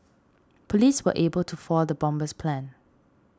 police were able to foil the bomber's plans